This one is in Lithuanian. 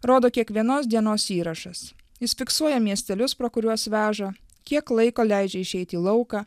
rodo kiekvienos dienos įrašas jis fiksuoja miestelius pro kuriuos veža kiek laiko leidžia išeit į lauką